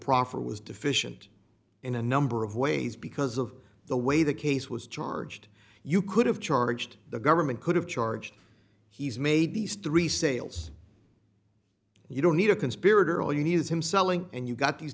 proffer was deficient in a number of ways because of the way the case was charged you could have charged the government could have charged he's made these three sales you don't need a conspirator all you need is him selling and you've got these